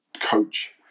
coach